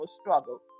struggle